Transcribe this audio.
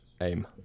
aim